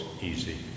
easy